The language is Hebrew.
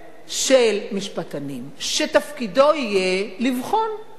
של משפטנים שתפקידו יהיה לבחון, רק לבחון,